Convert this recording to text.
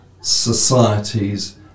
societies